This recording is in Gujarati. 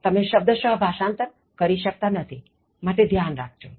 તમે શબ્દ્શઃ ભાષાંતર કરી શક્તા નથીમાટે ધ્યાન રાખજો